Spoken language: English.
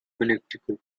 connecticut